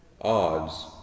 odds